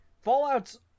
fallout's